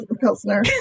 Pilsner